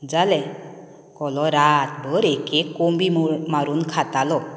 जालें कोलो रात भर एक एक कोंबी मारून खातालो